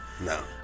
No